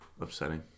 upsetting